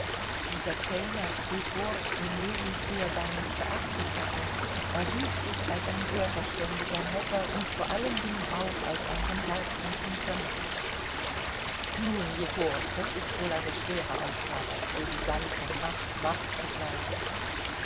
dieser kellner jegor den ljewin früher gar nicht beachtet hatte erwies sich als ein sehr verständiger netter und vor allen dingen auch als ein von herzen guter mensch nun jegor das ist wohl eine schwere aufgabe so die ganze nacht wach zu bleiben